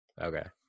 Okay